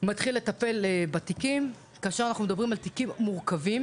הוא מתחיל לטפל בתיקים כאשר אנחנו מדברים על תיקים מורכבים,